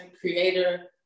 creator